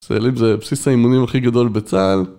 צאלים זה בסיס האימונים הכי גדול בצה״ל